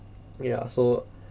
ya so